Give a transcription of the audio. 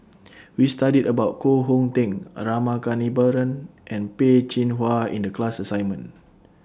We studied about Koh Hong Teng A Rama Kannabiran and Peh Chin Hua in The class assignment